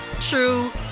true